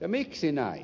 ja miksi näin